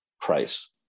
price